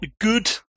good